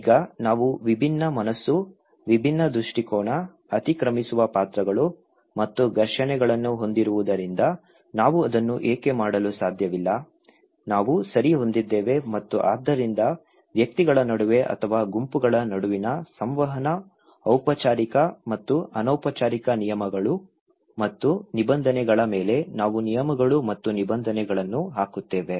ಈಗ ನಾವು ವಿಭಿನ್ನ ಮನಸ್ಸು ವಿಭಿನ್ನ ದೃಷ್ಟಿಕೋನ ಅತಿಕ್ರಮಿಸುವ ಪಾತ್ರಗಳು ಮತ್ತು ಘರ್ಷಣೆಗಳನ್ನು ಹೊಂದಿರುವುದರಿಂದ ನಾವು ಅದನ್ನು ಏಕೆ ಮಾಡಲು ಸಾಧ್ಯವಿಲ್ಲ ನಾವು ಸರಿ ಹೊಂದಿದ್ದೇವೆ ಮತ್ತು ಆದ್ದರಿಂದ ವ್ಯಕ್ತಿಗಳ ನಡುವೆ ಅಥವಾ ಗುಂಪುಗಳ ನಡುವಿನ ಸಂವಹನ ಔಪಚಾರಿಕ ಮತ್ತು ಅನೌಪಚಾರಿಕ ನಿಯಮಗಳು ಮತ್ತು ನಿಬಂಧನೆಗಳ ಮೇಲೆ ನಾವು ನಿಯಮಗಳು ಮತ್ತು ನಿಬಂಧನೆಗಳನ್ನು ಹಾಕುತ್ತೇವೆ